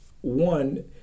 One